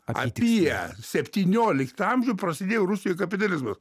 apieseptynioliktą amžių prasidėjo rusijoj kapitalizmas